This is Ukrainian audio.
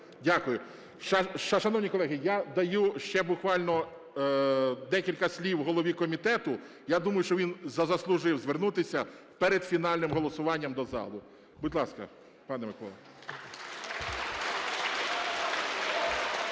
Дякую. Шановні колеги, я даю ще буквально декілька слів голові комітету. Я думаю, що він заслужив звернутися перед фінальним голосуванням до залу. Будь ласка, пане Миколо. (Оплески)